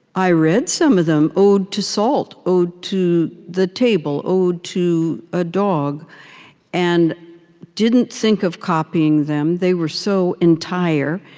i read some of them ode to salt, ode to the table, ode to a dog and didn't think of copying them. they were so entire,